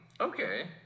okay